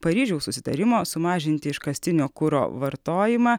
paryžiaus susitarimo sumažinti iškastinio kuro vartojimą